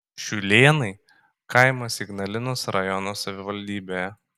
šiūlėnai kaimas ignalinos rajono savivaldybėje